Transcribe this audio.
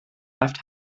left